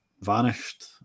vanished